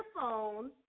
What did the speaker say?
phone